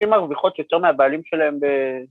‫הן מרוויחות יוצר מהבעלים שלהם ב...